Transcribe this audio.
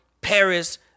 Paris